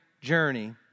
Journey